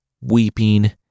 weeping